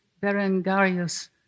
Berengarius